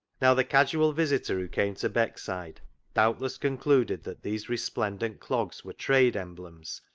now, the casual visitor who came to beck side doubtless concluded that these resplen dent clogs were trade emblems,